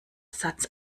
satz